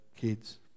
kids